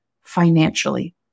financially